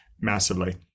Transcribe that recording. massively